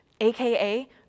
aka